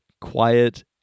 quiet